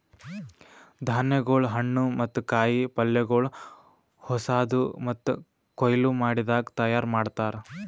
ಧಾನ್ಯಗೊಳ್, ಹಣ್ಣು ಮತ್ತ ಕಾಯಿ ಪಲ್ಯಗೊಳ್ ಹೊಸಾದು ಮತ್ತ ಕೊಯ್ಲು ಮಾಡದಾಗ್ ತೈಯಾರ್ ಮಾಡ್ತಾರ್